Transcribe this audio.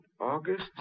August